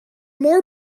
more